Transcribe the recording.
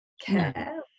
care